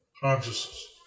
consciousness